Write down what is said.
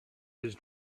his